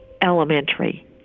elementary